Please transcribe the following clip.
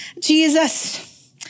Jesus